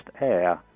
air